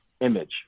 image